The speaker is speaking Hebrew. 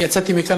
אני יצאתי מכאן,